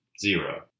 zero